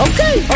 Okay